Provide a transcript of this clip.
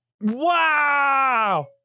wow